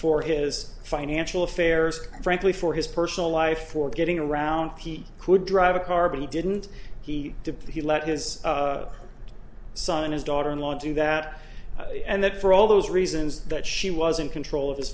for his financial affairs frankly for his personal life for getting around he could drive a car but he didn't he didn't he let his son and his daughter in law do that and that for all those reasons that she was in control of his